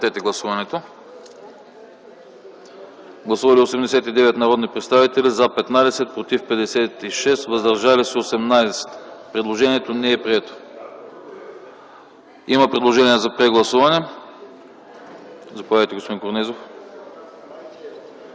отпадне. Гласували 89 народни представители: за 15, против 56, въздържали се 18. Предложението не е прието. Има предложение за прегласуване. Заповядайте, господин Корнезов.